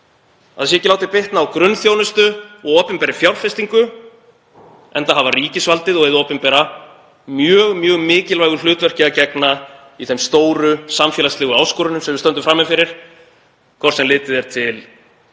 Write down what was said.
það sé ekki látið bitna á grunnþjónustu, opinberri fjárfestingu, enda hafa ríkisvaldið og hið opinbera mjög mikilvægu hlutverki að gegna í þeim stóru samfélagslegu áskorunum sem við stöndum frammi fyrir, hvort sem litið er til